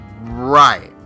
Right